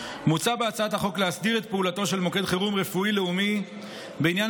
מוצע בהצעת החוק להסדיר את פעולתו של מוקד חירום רפואי לאומי בעניין